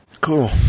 Cool